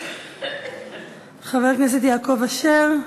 חבר הכנסת יעקב אשר,